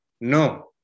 No